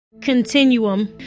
continuum